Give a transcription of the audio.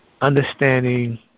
understanding